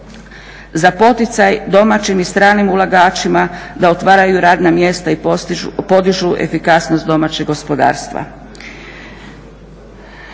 za poticaj domaćim i stranim ulagačima da otvaraju radna mjesta i podižu efikasnost domaćeg gospodarstva.